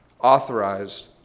authorized